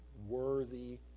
worthy